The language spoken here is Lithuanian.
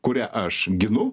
kurią aš ginu